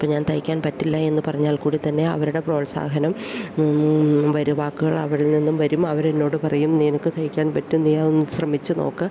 അപ്പോൾ ഞാൻ തയ്ക്കാൻ പറ്റില്ല എന്നു പറഞ്ഞാൽക്കൂടി തന്നെ അവരുടെ പ്രോത്സാഹനം അവരെ വാക്കുകൾ അവരിൽ നിന്നും വരും അവരെന്നോട് പറയും നിനക്ക് തയ്ക്കാൻ പറ്റും നീയതൊന്ന് ശ്രമിച്ചു നോക്ക്